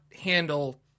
handle